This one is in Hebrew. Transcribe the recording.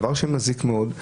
דבר שמזיק מאוד,